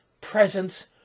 presence